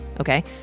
okay